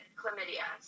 chlamydia